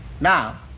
Now